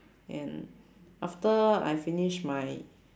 and after I finish my